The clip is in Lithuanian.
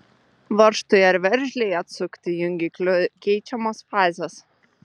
varžtui ar veržlei atsukti jungikliu keičiamos fazės